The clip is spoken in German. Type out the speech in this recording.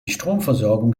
stromversorgung